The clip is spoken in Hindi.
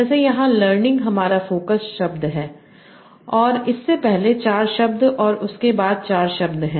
जैसे यहाँ लर्निंग हमारा फोकस शब्द है और इससे पहले ४ शब्द और उसके बाद ४ शब्द हैं